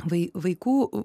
vai vaikų